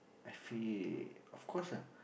I feel of course ah